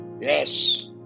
Yes